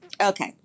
okay